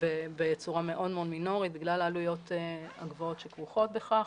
בצורה מאוד מאוד מינורית בגלל העלויות הגבוהות שכרוכות בכך,